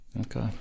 Okay